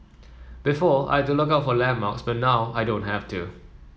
before I had to look out for landmarks but now I don't have to